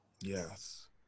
Yes